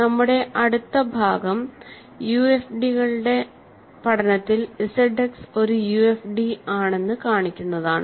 നമ്മുടെ അടുത്ത ഭാഗം UFD കളുടെ പഠനത്തിൽ ZX ഒരു UFD ആണെന്ന് കാണിക്കുന്നതാണ്